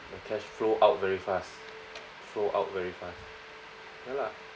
the cash flow out very fast flow out very fast ya lah